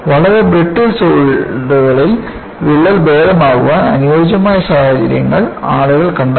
വളരെ ബ്രിട്ടിൽ സോളിഡുകളിൽ വിള്ളൽ ഭേദമാക്കാൻ അനുയോജ്യമായ സാഹചര്യങ്ങൾ ആളുകൾ കണ്ടെത്തി